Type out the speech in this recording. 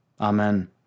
Amen